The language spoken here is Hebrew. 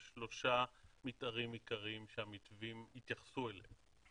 יש שלושה מתארים עיקריים שהמתווים התייחסו אליהם.